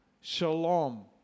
shalom